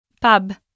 Pub